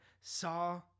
saw